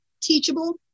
teachable